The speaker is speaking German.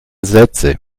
sätze